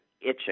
itching